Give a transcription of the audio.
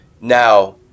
Now